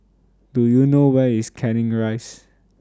Do YOU know Where IS Canning Rise